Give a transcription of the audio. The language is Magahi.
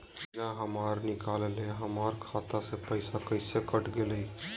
बिना हमरा निकालले, हमर खाता से पैसा कैसे कट गेलई?